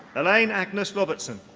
elaine agnes robertson